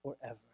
forever